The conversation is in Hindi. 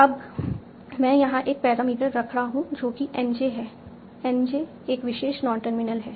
अब मैं यहाँ एक पैरामीटर रख रहा हूँ जो कि N j है N j एक विशेष नॉन टर्मिनल है